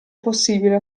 possibile